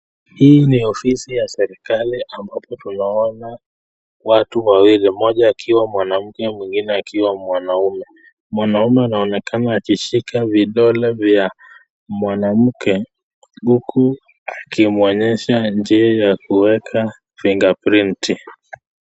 Hii ni ofisi ya serikali ambapo tunaona watu wawili mmoja akiwa mwanamke mwingine akiwa mwanaume, mwanaume anaonekana akishika vidole vya mwanamke huku akimwonyesha njia ya kueka (cs) fingerprint (cs).